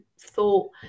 thought